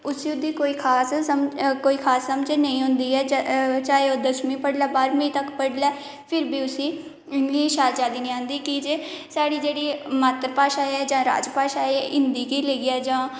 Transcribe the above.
उसी ओह्दी कोई खास समझ नेईं होंदी चाहे ओह् दसमीं पढ़ी लै बाह्रमीं पढ़ी लै फिर बी उसी इंग्लिश समझ नेईं औंदी कि साढ़ी जेह्ड़ी मात्र भाशा ऐ जां राजभाशा ऐ हिंदी गी लेइयै जां